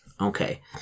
Okay